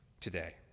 today